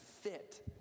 fit